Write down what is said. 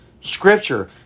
Scripture